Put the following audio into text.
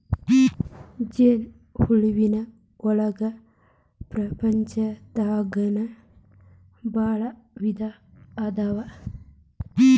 ಜೇನ ಹುಳುವಿನ ಒಳಗ ಪ್ರಪಂಚದಾಗನ ಭಾಳ ವಿಧಾ ಅದಾವ